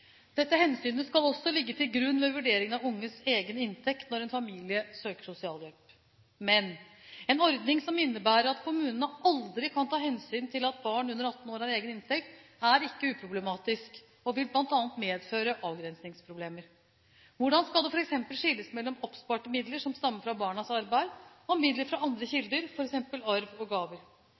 Dette hensynet skal også ligge til grunn ved vurdering av unges egen inntekt når en familie søker sosialhjelp. Men, en ordning som innebærer at kommunene aldri kan ta hensyn til at barn under 18 år har egen inntekt, er ikke uproblematisk og vil bl.a. medføre avgrensningsproblemer. Hvordan skal det f.eks. skilles mellom oppsparte midler som stammer fra barnas arbeid, og midler fra andre kilder, f.eks. arv og gaver?